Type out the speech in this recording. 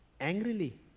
angrily